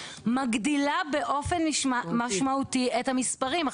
מגדילה באופן משמעותי את המספרים.